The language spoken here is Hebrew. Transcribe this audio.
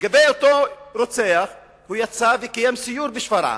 לגבי אותו רוצח, הוא יצא וקיים סיור בשפרעם.